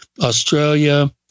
Australia